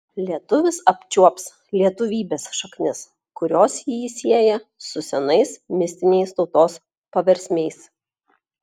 lietuvis apčiuops lietuvybės šaknis kurios jį sieja su senais mistiniais tautos paversmiais